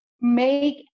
make